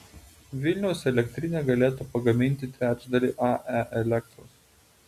vilniaus elektrinė galėtų pagaminti trečdalį ae elektros